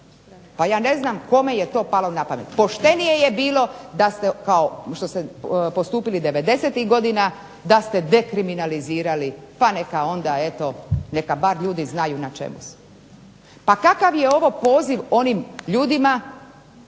Ja ne znam kome je to palo napamet. Poštenije je bilo da se kao što ste postupili 90-tih godina da ste dekriminalizirali pa da bar ljudi znaju na čemu su. Pa kakav je ovo poziv ljudima